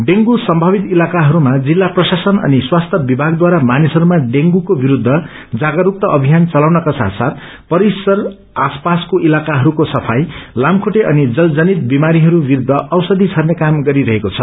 dengue सम्थावित इलाकाइरूमा जिल्ल प्रशासन अनि स्वास्थय विभगाद्वारा मानिसहरूमा डेंगूको विरूद्ध जागरूकता अभियान चलाउनका साथ साथ परिसर आसपासको इलाक्रहरूको सफ्रई तामखुट्टे अनि जल जनित विमारीहरू विरूद्ध औषषि छर्ने क्यम गरिरहेको छ